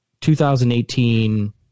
2018 –